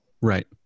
Right